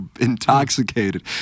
intoxicated